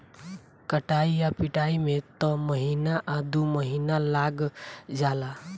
कटाई आ पिटाई में त महीना आ दु महीना लाग जाला